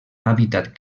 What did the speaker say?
hàbitat